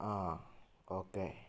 ആ ഓക്കെ